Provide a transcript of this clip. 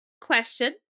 question